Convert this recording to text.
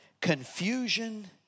confusion